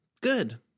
good